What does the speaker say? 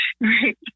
Right